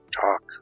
talk